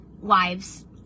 wives